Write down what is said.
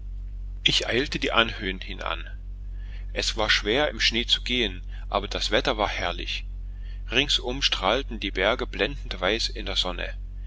ich eilte die anhöhen hinan es war schwer im schnee zu gehen aber das wetter war herrlich ringsum strahlten die berge blendend weiß in der sonne